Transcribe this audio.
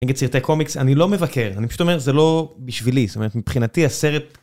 נגיד סרטי קומיקס, אני לא מבקר, אני פשוט אומר, זה לא בשבילי, זאת אומרת, מבחינתי הסרט...